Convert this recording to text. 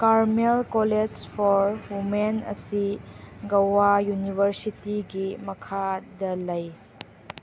Carmel college for women ꯑꯁꯤ ꯒꯣꯋꯥ ꯌꯨꯅꯤꯕꯔꯁꯤꯇꯤꯒꯤ ꯃꯈꯥꯗ ꯂꯩ